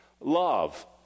love